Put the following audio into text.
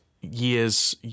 year's